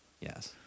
Yes